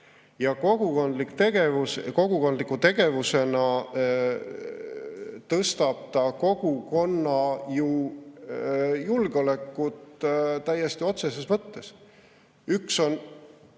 ja kogukondliku tegevusena tõstab see kogukonna julgeolekut täiesti otseses mõttes.